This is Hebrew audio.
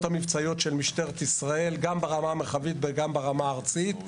המבצעיות של משטרת ישראל גם ברמה המרחבית וגם ברמה הארצית.